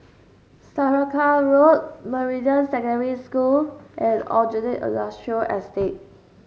Saraca Road Meridian Secondary School and Aljunied Industrial Estate